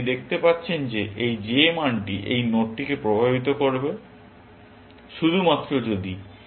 আপনি দেখতে পাচ্ছেন যে এই j মানটি এই নোডকে প্রভাবিত করবে শুধুমাত্র যদি এটি আলফা 3 এর চেয়ে ভাল হয়